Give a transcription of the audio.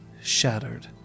shattered